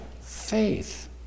faith